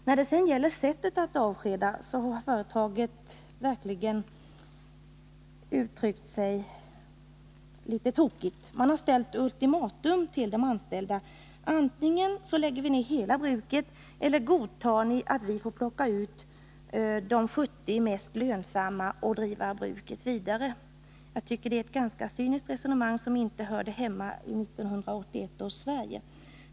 När det sedan gäller sättet att avskeda har företaget verkligen uttryckt sig litet tokigt genom att ställa ultimatum till de anställda: Antingen lägger vi ner hela bruket eller också godtar ni att vi plockar ut de 70 mest lönsamma och driver bruket vidare! Jag tycker det är ett ganska cyniskt resonemang, som inte hör hemma i 1981 års Sverige.